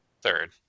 third